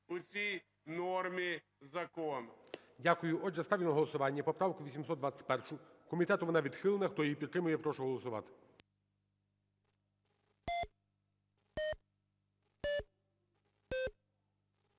у цій нормі закону. ГОЛОВУЮЧИЙ. Дякую. Отже, ставлю на голосування поправку 821. Комітетом вона відхилена. Хто її підтримує, я прошу голосувати.